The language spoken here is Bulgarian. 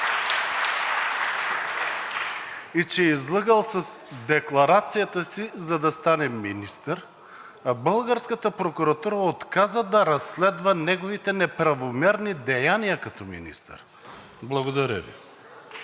И че е излъгал с декларацията си, за да стане министър, а българската прокуратура отказа да разследва неговите неправомерни деяния като министър. Благодаря Ви.